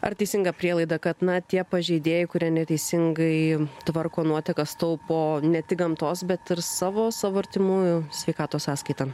ar teisinga prielaida kad na tie pažeidėjai kurie neteisingai tvarko nuotekas taupo ne tik gamtos bet ir savo savo artimųjų sveikatos sąskaita